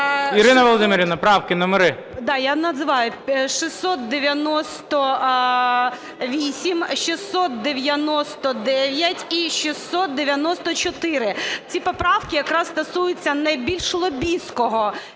Ірина Володимирівна, правки, номери?